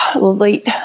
late